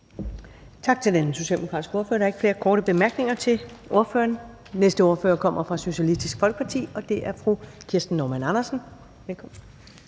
Tak til den konservative ordfører. Der er ikke ønske om korte bemærkninger til ordføreren. Næste ordfører kommer fra Dansk Folkeparti, og det er hr. Jens Henrik Thulesen Dahl. Velkommen.